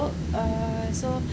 uh so